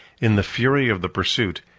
in the fury of the pursuit,